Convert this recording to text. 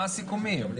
מה הסיכומים?